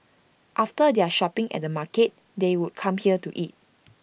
after their shopping at the market they would come here to eat